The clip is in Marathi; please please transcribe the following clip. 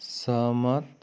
सहमत